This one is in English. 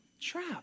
Trap